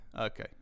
Okay